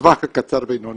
בטווח הקצר ובינוני